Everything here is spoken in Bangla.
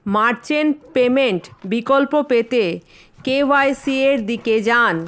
মার্চেন্ট পেমেন্ট বিকল্প পেতে কে ওয়াই সিয়ের দিকে যান